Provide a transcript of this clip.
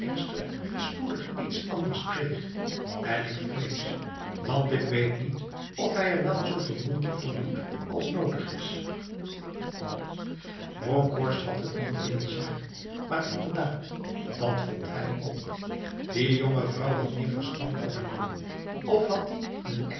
niet spoedig iets anders kreeg en ik vrees want ik weet niet of hij er wel zoveel moeite voor doet als nodig is bronkhorst had het niet willen zeggen maar inderdaad dat vond hij ook die jonge vrouw had meer verstand dan haar man of had die den